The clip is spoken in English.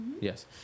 Yes